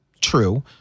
true